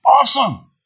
awesome